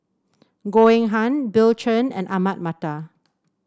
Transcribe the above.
Goh Eng Han Bill Chen and Ahmad Mattar